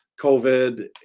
COVID